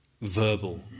verbal